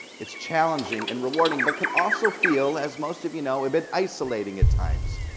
it's challenging, and rewarding, but can also feel, as most of you know, a bit isolating at times.